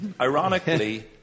Ironically